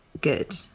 good